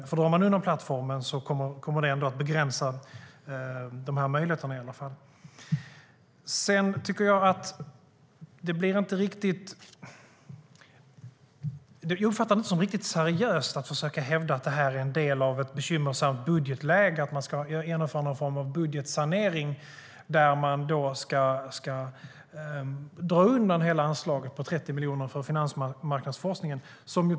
Om man drar undan plattformen kommer det att begränsa möjligheterna. Jag uppfattar det inte som riktigt seriöst att man försöker hävda att det här är en del av ett bekymmersamt budgetläge och att man ska genomföra någon form av budgetsanering där man drar undan hela anslaget på 30 miljoner för finansmarknadsforskningen.